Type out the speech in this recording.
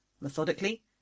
Methodically